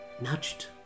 nudged